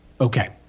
okay